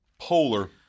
polar